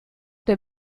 der